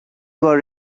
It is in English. were